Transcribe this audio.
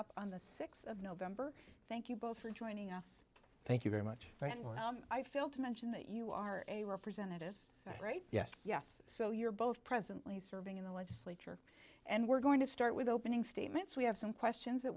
up on the sixth of november thank you both for joining us thank you very much as well i feel to mention that you are a representative so right yes yes so you're both presently serving in the legislature and we're going to start with opening statements we have some questions that